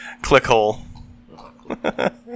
Clickhole